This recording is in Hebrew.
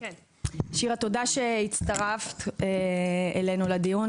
תודה שהצטרפת אלינו לדיון,